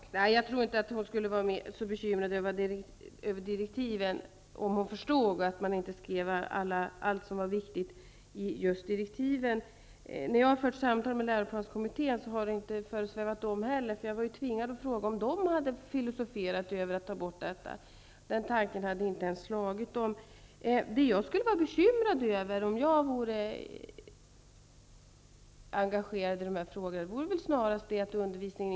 Fru talman! Jag tror inte att hon skulle vara så bekymrad över direktiven om hon förstod att man inte i just direktiven skriver allt som är viktigt. Vid de tillfällen då jag förde samtal med läroplanskommittén såg jag mig tvingad att fråga om man har filosoferat kring ett borttagande. Tanken hade inte ens slagit kommittén. Om jag vore engagerad i de här frågorna skulle jag snarast vara bekymrad över att man inte alltid uppnår det som man önskar med undervisningen.